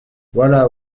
voilà